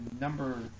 number